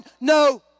no